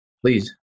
Please